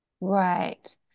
Right